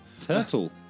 Turtle